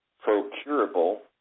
procurable